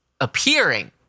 appearing